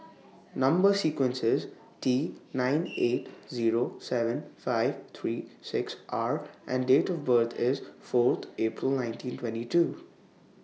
Number sequence IS T nine eight Zero seven five three six R and Date of birth IS Fourth April nineteen twenty two